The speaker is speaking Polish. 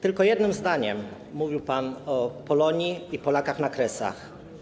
Tylko jednym zdaniem mówił pan o Polonii i Polakach na Kresach.